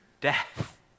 death